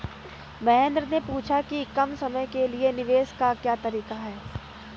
महेन्द्र ने पूछा कि कम समय के लिए निवेश का क्या तरीका है?